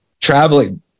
traveling